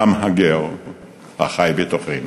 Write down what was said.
גם הגר החי בתוכנו.